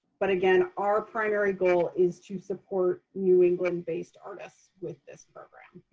but again, our primary goal is to support new england-based artists with this program.